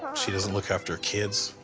she doesn't look after her kids,